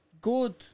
good